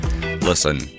Listen